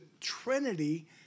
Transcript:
Trinity